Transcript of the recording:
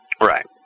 Right